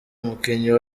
umukinnyi